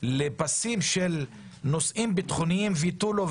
לפסים של נושאים ביטחוניים ותו לא?